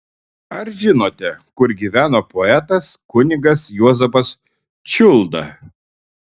ar žinote kur gyveno poetas kunigas juozapas čiulda